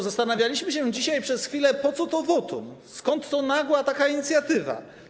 Zastanawialiśmy się dzisiaj przez chwilę, po co to wotum, skąd ta nagła inicjatywa.